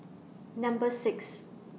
Number six